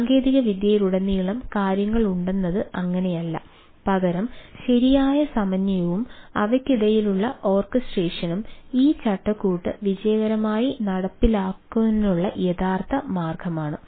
സാങ്കേതികവിദ്യയിലുടനീളം കാര്യങ്ങളുണ്ടെന്നത് അങ്ങനെയല്ല പകരം ശരിയായ സമന്വയവും അവയ്ക്കിടയിലുള്ള ഓർക്കസ്ട്രേഷനും ഈ ചട്ടക്കൂട് വിജയകരമായി നടപ്പിലാക്കുന്നതിനുള്ള യഥാർത്ഥ മാർഗമാണ്